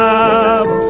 up